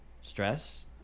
stress